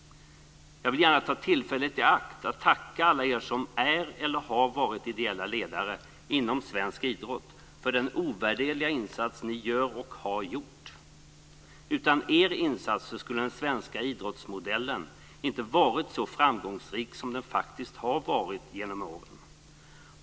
Jag vill gärna ta tillfället i akt och tacka alla er som är eller har varit ideella ledare inom svensk idrott för den ovärderliga insats som ni gör och har gjort. Utan er insats skulle den svenska idrottsmodellen inte ha varit så framgångsrik som den faktiskt varit genom åren.